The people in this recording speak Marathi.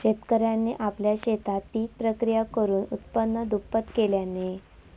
शेतकऱ्यांनी आपल्या शेतात पिक प्रक्रिया करुन उत्पन्न दुप्पट केल्यांनी